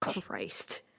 Christ